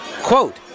Quote